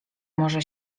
może